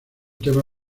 tema